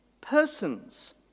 persons